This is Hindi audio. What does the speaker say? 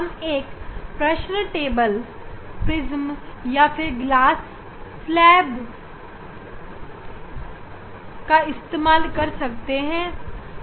हम एक प्रिज्म टेबल और प्रिज्म या फिर कांच की पटिया का इस्तेमाल करेंगे